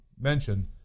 mentioned